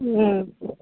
हूँ